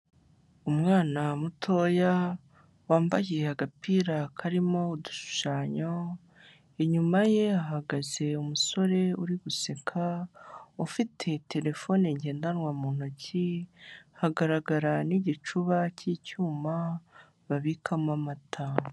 Umwana mutoya wambaye agapira karimo udushushanyo, inyuma ye ahagaze umusore uri guseka ufite terefone ngendanwa mu ntoki, hagaragara n'igicuba cy'icyuma babikamo amata.